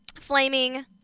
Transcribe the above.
Flaming